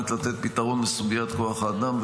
באמת לתת פתרון לסוגיית כוח האדם,